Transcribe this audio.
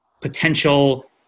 potential